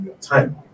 time